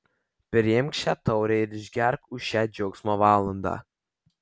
priimk šią taurę ir išgerk už šią džiaugsmo valandą